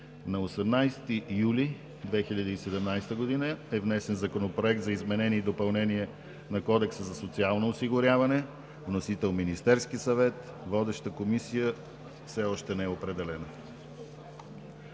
На 18 юли 2017 г. е внесен Законопроект за изменение и допълнение на Кодекса за социално осигуряване. Вносител е Министерският съвет. Водещата Комисия все още не е определена.